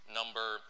number